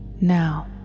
now